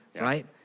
right